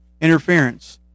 interference